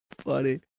funny